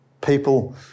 people